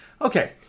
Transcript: Okay